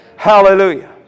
Hallelujah